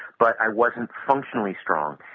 but i wasn't functionally strong.